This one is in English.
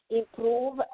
improve